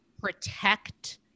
protect